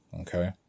Okay